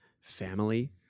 family